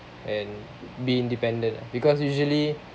and be independent ah because usually